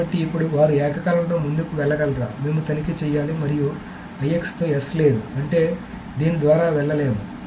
కాబట్టి ఇప్పుడు వారు ఏకకాలంలో ముందుకు వెళ్లగలరా మేము తనిఖీ చేయాలి మరియు IX తో S లేదు అంటే దీని ద్వారా వెళ్ళలేము